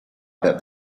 that